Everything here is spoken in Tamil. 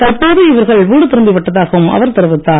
தற்போது இவர்கள் வீடு திரும்பிவிட்டதாகவும் அவர் தெரிவித்தார்